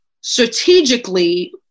strategically